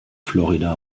florida